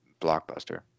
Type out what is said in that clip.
blockbuster